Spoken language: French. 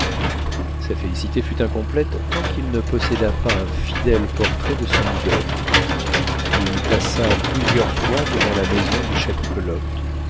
sa félicité fut incomplète tant qu'il ne posséda pas un fidèle portrait de son idole il passa plusieurs fois devant la maison du